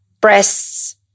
Breasts